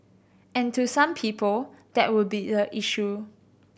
and to some people that would be the issue